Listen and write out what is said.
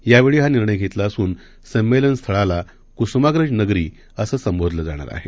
यावेळीहानिर्णयघेतलाअसूनसंमेलनस्थळालाकुसुमाग्रजनगरीअसंसंबोधलंजाणारआहे